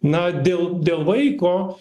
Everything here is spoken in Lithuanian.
na dėl dėl vaiko